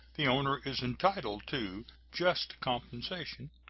the owner is entitled to just compensation,